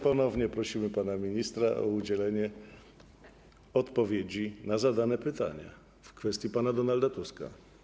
Ponownie prosimy pana ministra o udzielenie odpowiedzi na zadane pytanie w kwestii pana Donalda Tuska.